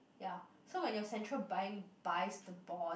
ya so when your Central Bank buys the bond